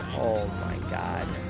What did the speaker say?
oh my god.